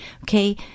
okay